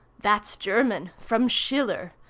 that's german from schiller.